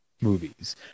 movies